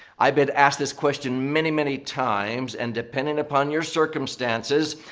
i've been asked this question many, many times. and depending upon your circumstances,